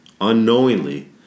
unknowingly